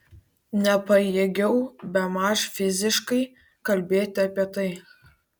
nepajėgiau bemaž fiziškai kalbėti apie tai